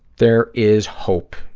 there is hope.